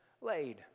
laid